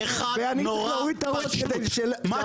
אחד נורא פשוט.